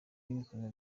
y’ibikorwa